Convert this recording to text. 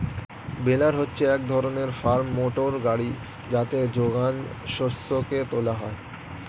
বেলার হচ্ছে এক ধরনের ফার্ম মোটর গাড়ি যাতে যোগান শস্যকে তোলা হয়